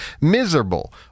miserable